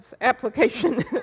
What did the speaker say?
application